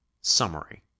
Summary